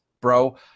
bro